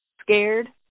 scared